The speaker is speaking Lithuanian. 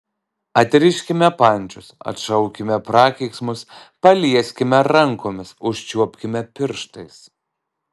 atriškime pančius atšaukime prakeiksmus palieskime rankomis užčiuopkime pirštais